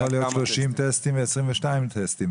יכול להיות 30 טסטים ו-22 טסטים.